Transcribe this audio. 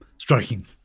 Striking